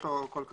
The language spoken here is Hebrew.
יש לו קול כפול.